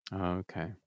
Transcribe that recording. Okay